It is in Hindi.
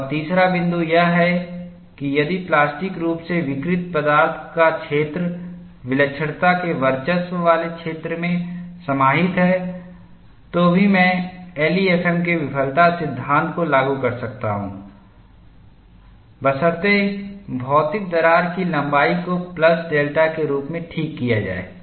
और तीसरा बिंदु यह है कि यदि प्लास्टिक रूप से विकृत पदार्थ का क्षेत्र विलक्षणता के वर्चस्व वाले क्षेत्र में समाहित है तो भी मैं एलईएफएम के विफलता सिद्धांत को लागू कर सकता हूं बशर्ते भौतिक दरार की लंबाई को प्लस डेल्टा के रूप में ठीक किया जाए